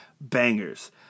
bangers